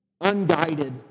unguided